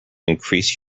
increase